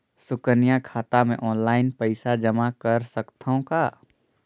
सुकन्या खाता मे ऑनलाइन पईसा जमा कर सकथव का?